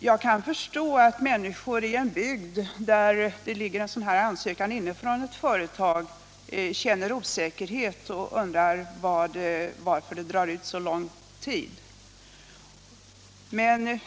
Jag kan förstå att människor i en bygd, där det finns ett företag som har en ansökan inne, känner osäkerhet och undrar varför det tar så lång tid.